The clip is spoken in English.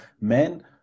men